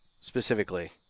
specifically